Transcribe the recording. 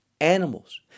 animals